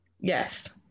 Yes